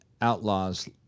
outlaws